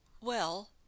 Well